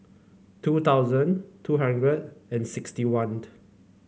two thousand two hundred and sixty one